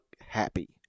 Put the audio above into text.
happy